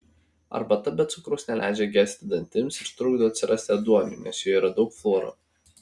arbata be cukraus neleidžia gesti dantims ir trukdo atsirasti ėduoniui nes joje yra daug fluoro